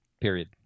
period